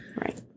Right